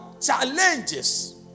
challenges